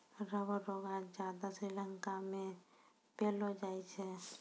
rubber रो गांछ ज्यादा श्रीलंका मे पैलो जाय छै